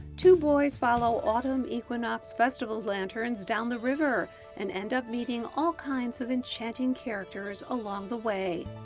two boys follow autumn equinox festival lanterns down the river and end up meeting all kinds of enchanting characters along the way.